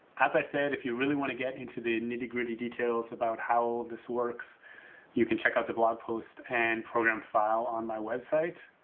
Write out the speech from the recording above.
as i said if you really want to get into the nitty gritty details about how this works you can check out the blog post and program file on my website.